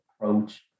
approach